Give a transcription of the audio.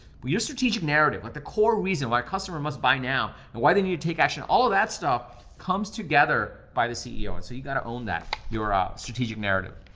we use strategic narrative, like the core reason why customer must buy now and why they need to take action. all of that stuff comes together by the ceo. and so you got to own that, you're a strategic narrative.